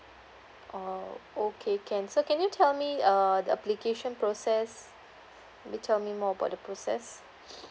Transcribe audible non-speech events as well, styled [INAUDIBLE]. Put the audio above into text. oh okay can so can you tell me uh the application process maybe tell me more about the process [BREATH]